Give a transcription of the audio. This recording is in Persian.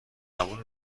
قبول